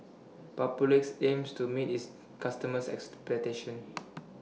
Papulex aims to meet its customers' expectations